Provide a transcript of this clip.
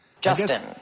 Justin